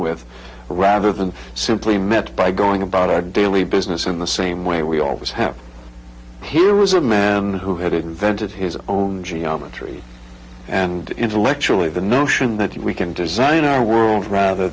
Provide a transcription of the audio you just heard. with rather than simply meant by going about our daily business in the same way we always have here was a man who had invented his own geometry and intellectually the notion that we can design our world rather